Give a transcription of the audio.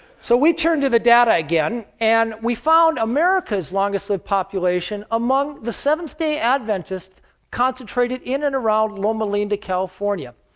so, we turned to the data again. and we found america's longest-lived population among the seventh-day adventists concentrated in and around loma linda, california.